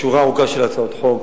יש שורה ארוכה של הצעות חוק